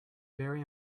very